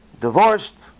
divorced